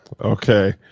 Okay